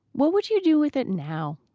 what would you do with it now.